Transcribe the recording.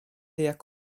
jak